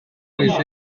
with